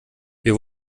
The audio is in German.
wir